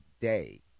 day